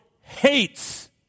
hates